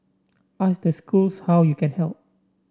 ask the schools how you can help